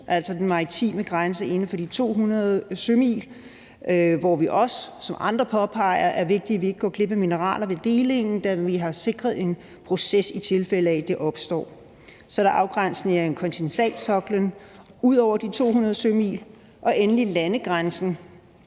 om den maritime grænse inden for de 200 sømil, hvor det også, som andre påpeger, er vigtigt, at vi ikke går glip af mineraler ved delingen, da vi har sikret en proces, i tilfælde af at det opstår. Så er der afgrænsningen af kontinentalsoklen ud over de 200 sømil, og endelig er der landegrænsen